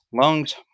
lungs